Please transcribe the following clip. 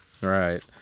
Right